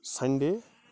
Sunday